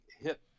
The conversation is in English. hit